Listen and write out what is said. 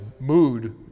mood